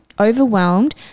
overwhelmed